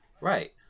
Right